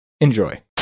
Enjoy